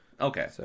Okay